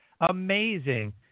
amazing